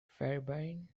fairbairn